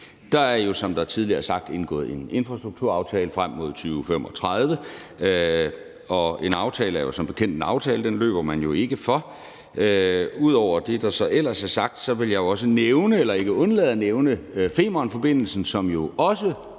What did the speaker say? Der er jo, som det tidligere er blevet sagt, indgået en infrastrukturaftale frem mod 2035, og en aftale er jo som bekendt en aftale, og den løber man ikke fra. Ud over det, der så ellers er sagt, vil jeg også nævne eller ikke undlade at nævne Femernforbindelsen, som jo også